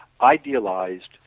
idealized